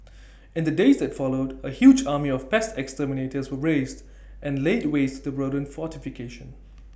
in the days that followed A huge army of pest exterminators was raised and laid waste to the rodent fortification